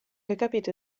recapito